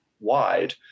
wide